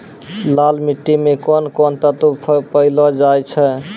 लाल मिट्टी मे कोंन कोंन तत्व पैलो जाय छै?